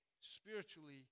spiritually